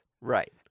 Right